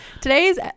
Today's